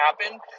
happen